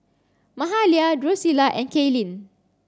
Mahalia Drusilla and Kaylin